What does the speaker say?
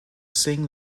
sing